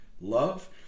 love